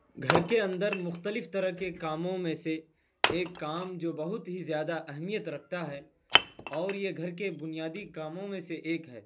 گھر کے اندر مختلف طرح کے کاموں میں سے ایک کام جو بہت ہی زیادہ اہمیت رکھتا ہے اور یہ گھر کے بنیادی کاموں میں سے ایک ہے